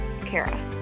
Kara